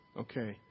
Okay